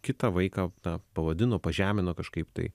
kitą vaiką na pavadino pažemino kažkaip tai